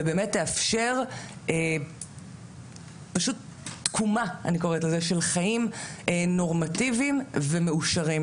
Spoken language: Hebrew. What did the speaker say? ובאמת תאפשר פשוט תקומה אני קוראת לזה של חיים נורמטיביים ומאושרים.